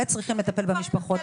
שילוב?